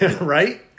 right